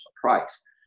price